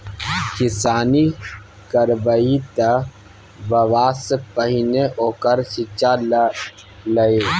किसानी करबही तँ बबासँ पहिने ओकर शिक्षा ल लए